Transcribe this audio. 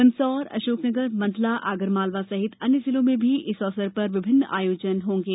मंदसौर अशोक नगरमंडला आगरमालवा सहित अन्य जिलो में भी इस अवसर पर विभिन्न आयोजन होंगे